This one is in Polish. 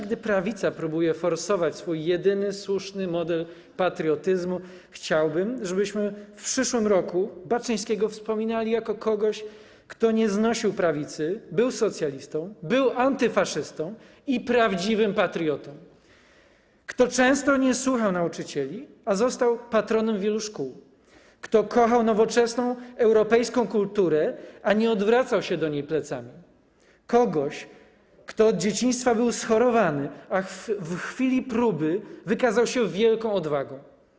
Gdy prawica próbuje forsować swój jedynie słuszny model patriotyzmu, chciałbym, żebyśmy w przyszłym roku Baczyńskiego wspominali jako kogoś, kto nie znosił prawicy, był socjalistą, był antyfaszystą i prawdziwym patriotą, kogoś, kto często nie słuchał nauczycieli, a został patronem wielu szkół, kto kochał nowoczesną, europejską kulturę, a nie odwracał się do niej plecami, kto od dzieciństwa był schorowany, a w chwili próby wykazał się wielką odwagą.